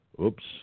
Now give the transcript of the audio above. oops